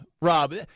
rob